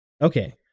okay